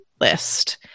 list